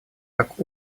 как